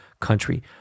country